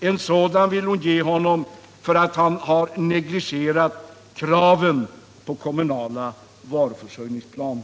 En sådan vill hon ge honom för att han har negligerat kraven på kommunala varuförsörjningsplaner.